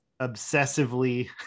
obsessively